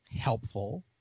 helpful